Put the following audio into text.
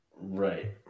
Right